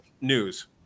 news